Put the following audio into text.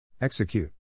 Execute